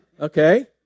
Okay